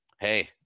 hey